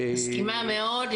מסכימה מאוד,